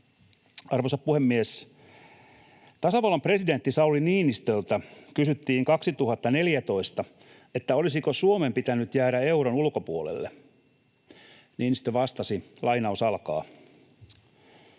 Arvoisa puhemies! Tasavallan presidentti Sauli Niinistöltä kysyttiin 2014, olisiko Suomen pitänyt jäädä euron ulkopuolelle. Niinistö vastasi: ”Ei siinä